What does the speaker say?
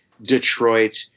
detroit